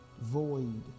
void